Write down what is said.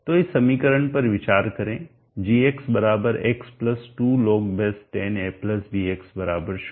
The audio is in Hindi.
तो इस समीकरण पर विचार करें g x 2 log10 abx 0